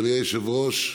אדוני היושב-ראש,